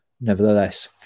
nevertheless